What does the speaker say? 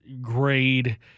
grade